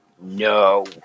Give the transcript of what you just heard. no